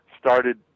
started